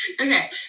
Okay